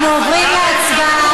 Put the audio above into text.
אנחנו עוברים להצבעה.